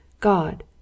God